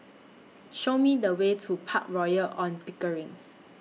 Show Me The Way to Park Royal on Pickering